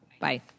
Bye